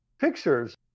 pictures